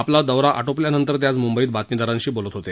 आपला दौरा आटोपल्यानंतर ते आज मुंबईत बातमीदारांशी बोलत होते